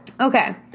Okay